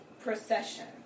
procession